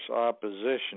opposition